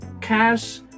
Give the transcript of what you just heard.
cash